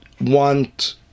want